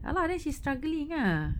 ya lah then she's struggling ah